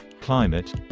climate